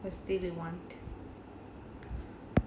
I stayed in one